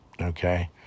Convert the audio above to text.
okay